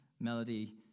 Melody